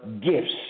gifts